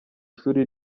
ishuri